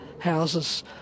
houses